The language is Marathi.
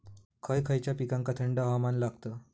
खय खयच्या पिकांका थंड हवामान लागतं?